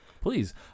Please